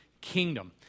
kingdom